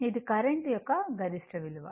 ఇది కరెంట్ యొక్క గరిష్ట విలువ